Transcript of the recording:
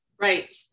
Right